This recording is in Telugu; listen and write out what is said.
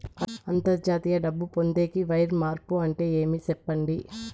అంతర్జాతీయ డబ్బు పొందేకి, వైర్ మార్పు అంటే ఏమి? సెప్పండి?